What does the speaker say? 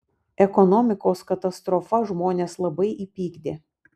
ekonomikos katastrofa žmones labai įpykdė